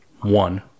one